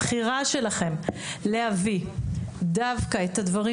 הבחירה שלכן להביא דווקא את הדברים